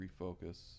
refocus